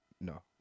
no